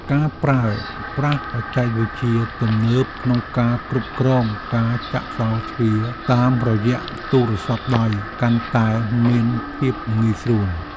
ការប្រើប្រាស់បច្ចេកវិទ្យាទំនើបក្នុងការគ្រប់គ្រងការចាក់សោរទ្វារតាមរយៈទូរស័ព្ទដៃកាន់តែមានភាពងាយស្រួល។